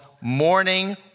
Morning